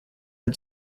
had